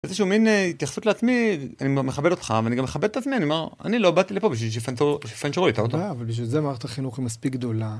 איזשהו מין התייחסות לעצמי אני מכבד אותך ואני גם מכבד את עצמי, אני אומר, אני לא באתי לפה בשביל שיפנצ'רו לי את האוטו.אבל בשביל זה מערכת החינוך היא מספיק גדולה...